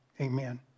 Amen